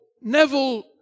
Neville